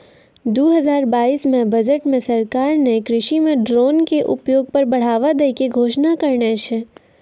दू हजार बाइस के बजट मॅ सरकार नॅ कृषि मॅ ड्रोन के उपयोग पर बढ़ावा दै के घोषणा करनॅ छै